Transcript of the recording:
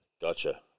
Gotcha